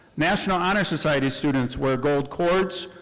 national honor society students wear gold cords.